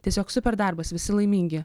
tiesiog super darbas visi laimingi